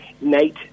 Nate